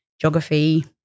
geography